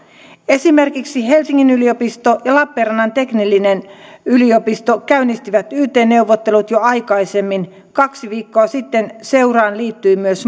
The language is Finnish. esimerkiksi helsingin yliopisto ja lappeenrannan teknillinen yliopisto käynnistivät yt neuvottelut jo aikaisemmin kaksi viikkoa sitten seuraan liittyi myös